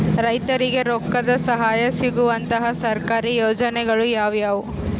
ರೈತರಿಗೆ ರೊಕ್ಕದ ಸಹಾಯ ಸಿಗುವಂತಹ ಸರ್ಕಾರಿ ಯೋಜನೆಗಳು ಯಾವುವು?